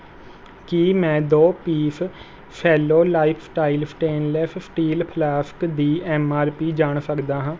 ਕੀ ਮੈਂ ਦੋ piece Cello lifestyle stainless steel flask ਦੀ ਐੱਮ ਆਰ ਪੀ ਜਾਣ ਸਕਦਾ ਹਾਂ